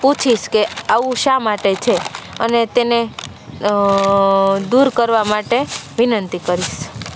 પૂછીશ કે આવું શા માટે છે અને તેને દૂર કરવા માટે વિનંતી કરીશ